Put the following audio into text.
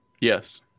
Yes